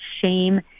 shame